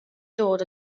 dod